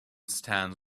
stands